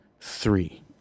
three